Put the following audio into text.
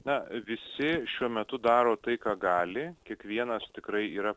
na visi šiuo metu daro tai ką gali kiekvienas tikrai yra